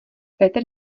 petr